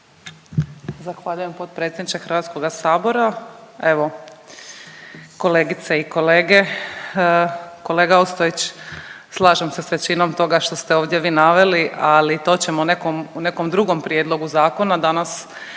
Zahvaljujem potpredsjedniče HS. Evo kolegice i kolege, kolega Ostojić, slažem se s većinom toga što ste ovdje vi naveli, ali to ćemo nekom, u nekom drugom prijedlogu zakona, danas,